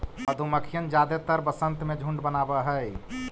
मधुमक्खियन जादेतर वसंत में झुंड बनाब हई